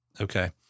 Okay